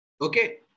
Okay